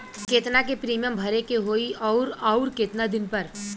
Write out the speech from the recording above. केतना के प्रीमियम भरे के होई और आऊर केतना दिन पर?